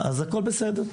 אז הכל בסדר.